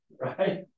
right